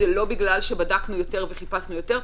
זה לא בגלל שבדקנו יותר וחיפשנו יותר,